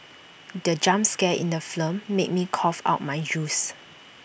the jump scare in the film made me cough out my juice